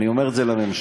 אני אומר את זה לממשלה: